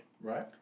right